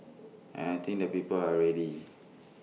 and I think the people are ready